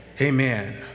amen